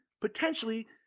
potentially